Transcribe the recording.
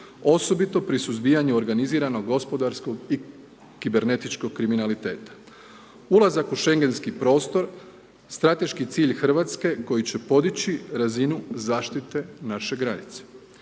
osobito pri suzbijanju organiziranog, gospodarskog i kibernetičkog kriminaliteta. Ulazak u Šengenski prostor, strateški cilj Hrvatske koji će podići razinu zaštite naše granice.